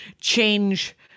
change